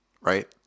right